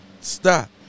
Stop